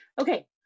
okay